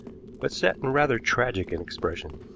but set and rather tragic in expression.